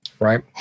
right